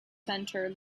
centre